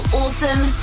awesome